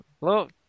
Look